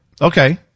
okay